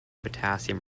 potassium